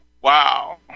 wow